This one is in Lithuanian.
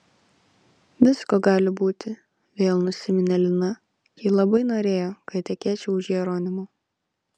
visko gali būti vėl nusiminė lina ji labai norėjo kad tekėčiau už jeronimo